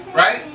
Right